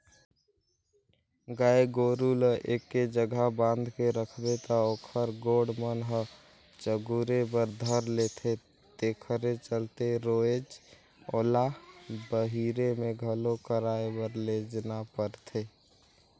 गाय गोरु ल एके जघा बांध के रखबे त ओखर गोड़ मन ह चगुरे बर धर लेथे तेखरे चलते रोयज ओला बहिरे में घलो चराए बर लेजना परथे